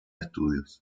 estudios